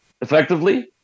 effectively